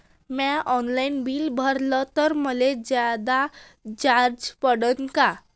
म्या online bill भरलं तर मले जादा चार्ज पडन का?